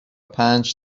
پنج